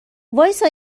وایستا